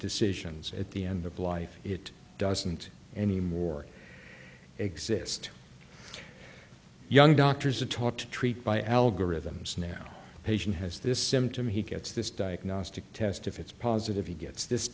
decisions at the end of life it doesn't anymore exist young doctors are taught to treat by algorithms now patient has this symptom he gets this diagnostic test if it's positive he gets this